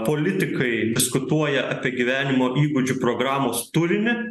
politikai diskutuoja apie gyvenimo įgūdžių programos turinį